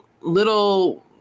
little